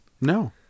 No